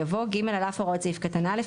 יבוא: "(ג) על אף הוראות סעיף קטן (א),